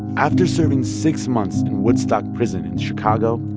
after serving six months in woodstock prison in chicago,